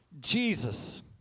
Jesus